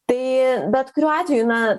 tai bet kuriuo atveju na